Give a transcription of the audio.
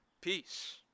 peace